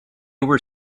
were